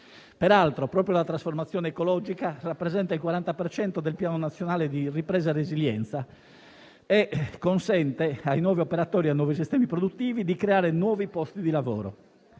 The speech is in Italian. Peraltro, proprio la trasformazione ecologica rappresenta il 40 per cento del Piano nazionale di ripresa e resilienza, consentendo ai nuovi operatori e sistemi produttivi di creare nuovi posti di lavoro.